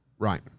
Right